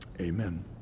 amen